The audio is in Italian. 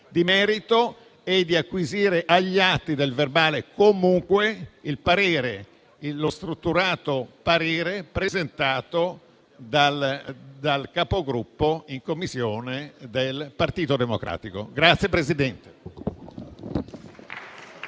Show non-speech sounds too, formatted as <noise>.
di merito, e di acquisire agli atti del verbale comunque lo strutturato parere presentato dal Capogruppo in Commissione del Partito Democratico. <applause>